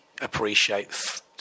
appreciate